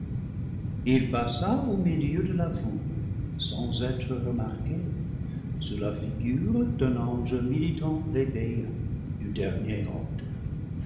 il passa au milieu de la foule sans être remarqué sous la figure d'un ange militant plébéien du dernier ordre